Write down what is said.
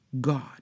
God